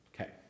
Okay